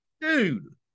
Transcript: dude